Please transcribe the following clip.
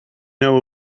know